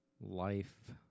life